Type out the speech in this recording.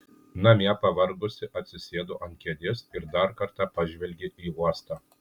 namie pavargusi atsisėdo ant kėdės ir dar kartą pažvelgė į uostą